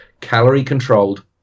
calorie-controlled